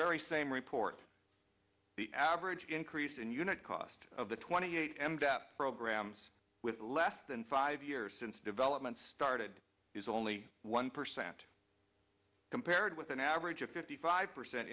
very same report the average increase in unit cost of the twenty eight m to program with less than five years since development started is only one percent compared with an average of fifty five percent